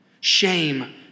Shame